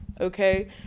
Okay